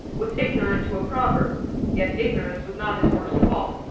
was ignorant to a proverb yet ignorance was not his worst fault.